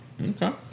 Okay